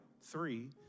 three